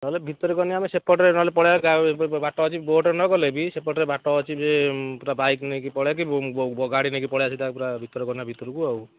ନହେଲେ ଭିତର କନିକା ଆମେ ସେପଟେରେ ନହେଲେ ପଳେଇବା ବାଟ ଅଛି ବୋଟ୍ରେ ନ ଗଲେ ବି ସେପଟେରେ ବାଟ ଅଛି ଯେ ପୁରା ବାଇକ୍ ନେଇକି ପଳାଇକି ଗାଡ଼ି ନେଇକି ପଳେଇବା ସିଧା ତାର ପୁରା ଭିତର କନିକା ଭିତରକୁ ଆଉ